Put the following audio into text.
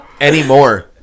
anymore